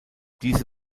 diese